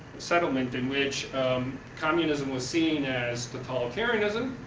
settlement in which communism was seen as totalitarianism,